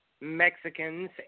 Mexicans